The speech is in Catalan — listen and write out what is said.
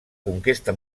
conquesta